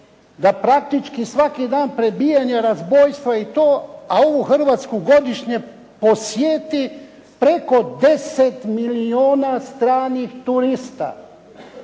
da praktički svaki dan prebijanja, razbojstva i to, a ovu Hrvatsku godišnje posjeti preko 10 milijuna stranih turista